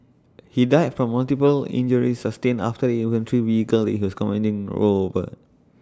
he died from multiple injuries sustained after the infantry vehicle he was commanding rolled over